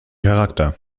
charakter